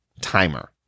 timer